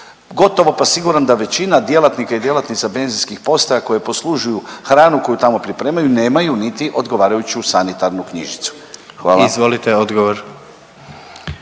gotovo pa siguran da većina djelatnika i djelatnica benzinskih postaja koje poslužuju hranu koju tamo pripremaju nemaju niti odgovarajuću sanitarnu knjižicu. Hvala. **Jandroković,